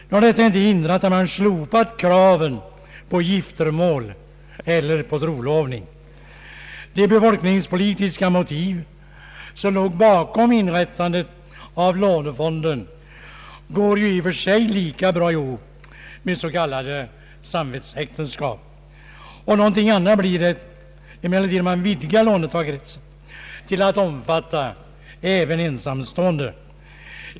Nu har detta inte hindrat att man slopat kraven på giftermål eller på trolovning. De befolkningspolitiska motiv som låg bakom inrättandet av lånefonden går ju i och för sig lika bra ihop med s.k. samvetsäktenskap. Någonting annat blir det emellertid om låntagarkretsen vidgas till att omfatta även ensamstående.